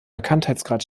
bekanntheitsgrad